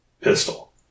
pistol